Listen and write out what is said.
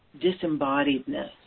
disembodiedness